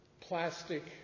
plastic